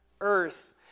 earth